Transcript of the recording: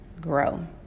grow